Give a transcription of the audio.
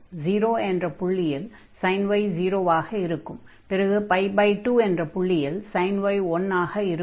0 என்ற புள்ளியில் sin y 0 ஆக இருக்கும் பிறகு 2 என்ற புள்ளியில் sin y 1 ஆக இருக்கும்